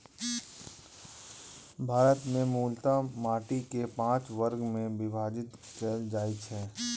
भारत मे मूलतः माटि कें पांच वर्ग मे विभाजित कैल जाइ छै